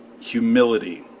humility